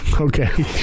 Okay